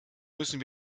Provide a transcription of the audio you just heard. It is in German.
müssen